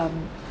um